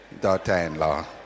daughter-in-law